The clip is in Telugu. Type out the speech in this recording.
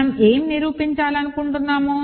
మనం ఏమి నిరూపించాలనుకుంటున్నాము